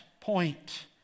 point